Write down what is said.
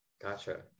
Gotcha